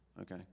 Okay